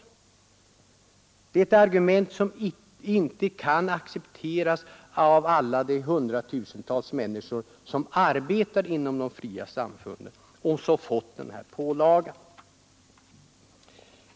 Det är ett argument som inte kan accepteras av alla de hundratusentals människor, som arbetar inom de fria samfunden och som fått denna pålaga.